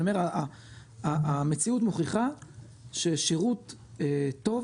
אני אומר שהמציאות מוכיחה שהשירות טוב,